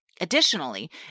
Additionally